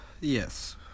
Yes